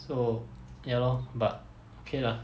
so ya lor but okay lah